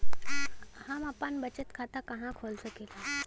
हम आपन बचत खाता कहा खोल सकीला?